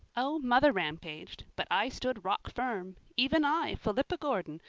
oh, mother rampaged. but i stood rockfirm even i, philippa gordon,